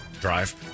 drive